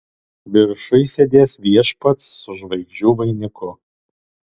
viršuj sėdės viešpats su žvaigždžių vainiku